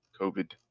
covid